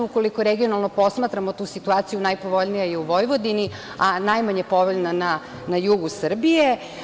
Ukoliko regionalno posmatramo tu situaciju, najpovoljnija je u Vojvodini, a najmanje povoljna na jugu Srbije.